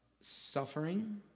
suffering